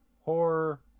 horror